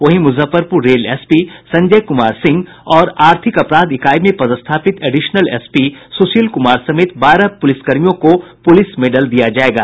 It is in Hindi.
वहीं मुजफ्फरपुर रेल एसपी संजय कुमार सिंह और आर्थिक अपराध इकाई में पदस्थापित एडिशनल एसपी सुशील कुमार समेत बारह पुलिस कर्मियों को पुलिस मेडल दिया जायेगा